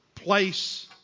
place